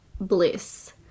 bliss